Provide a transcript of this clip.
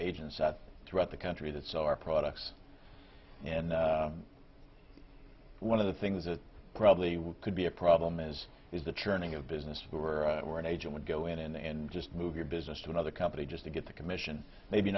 agents that throughout the country that's our products and one of the things that probably would could be a problem is is the turning of business were were an agent would go in and just move your business to another company just to get the commission maybe